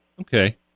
Okay